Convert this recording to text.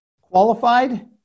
qualified